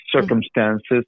circumstances